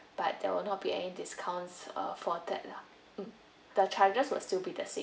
but there will not be any discounts uh for that lah the charges will still be the same